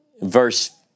verse